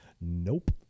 nope